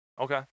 Okay